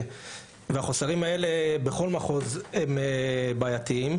והחוסרים האלה בכל מחוז הם בעייתיים.